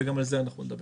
וגם על זה אנחנו נדבר.